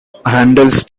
handles